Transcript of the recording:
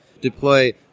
deploy